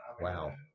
Wow